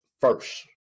first